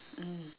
mm